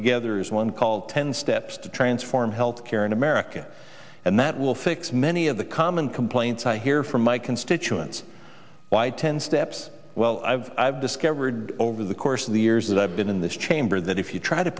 together is one called ten steps to transform health care in america and that will fix many of the common complaints i hear from my constituents by ten steps well i've discovered over the course of the years that i've been in this chamber that if you try to